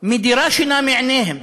מדירה שינה מעיניהם.